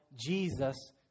Jesus